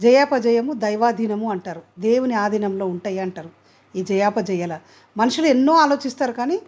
జయాపజయము దైవాధీనము అంటారు దేవుని ఆధీనము ఉంటాయి అంటారు ఈ జయాపజయాలు మనుషులు ఎన్నో ఆలోచిస్తారు కానీ